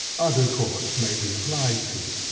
other courts may be applied to.